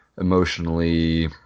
emotionally